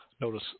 Notice